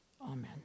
Amen